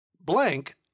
blank